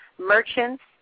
merchants